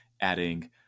adding